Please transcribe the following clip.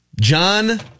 John